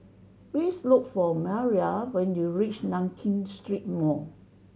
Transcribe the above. please look for Mariela when you reach Nankin Street Mall